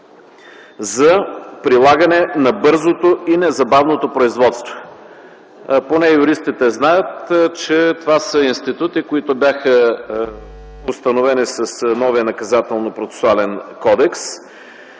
за прилагане на бързото и незабавното производство. Поне юристите знаят, че това са институти, които бяха установени с новия Наказателно-процесуален кодекс